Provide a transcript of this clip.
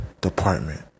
department